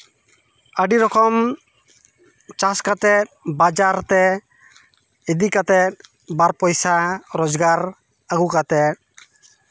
ᱟᱹᱰᱤ ᱨᱚᱠᱚᱢ ᱪᱟᱥ ᱠᱟᱛᱮᱫ ᱵᱟᱡᱟᱨ ᱛᱮ ᱤᱫᱤ ᱠᱟᱛᱮᱫ ᱵᱟᱨ ᱯᱚᱭᱥᱟ ᱨᱚᱡᱽᱜᱟᱨ ᱟᱹᱜᱩ ᱠᱟᱛᱮᱫ